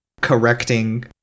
correcting